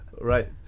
Right